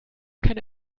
keine